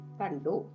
Pandu